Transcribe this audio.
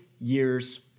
years